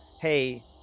Hey